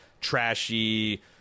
trashy